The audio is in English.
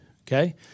okay